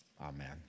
Amen